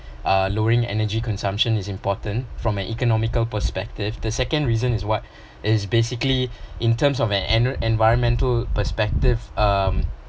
uh lowering energy consumption is important from an economical perspective the second reason is what is basically in terms of an en~ environmental perspective um